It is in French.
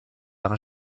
par